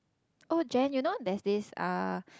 oh Jen you know there's this uh